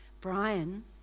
Brian